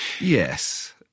Yes